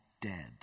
dead